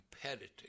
competitive